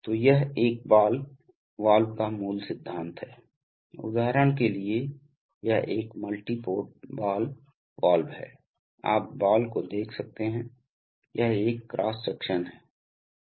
तो यह एक बॉल वाल्व का मूल सिद्धांत है उदाहरण के लिए यह एक मल्टी पोर्ट बॉल वाल्व है आप बॉल को देख सकते हैं यह एक क्रॉस सेक्शन है